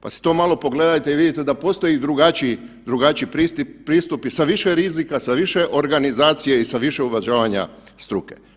Pa si to malo pogledajte i vidite da postoje i drugačiji pristupi sa više rizika, sa više organizacije i sa više uvažavanja struke.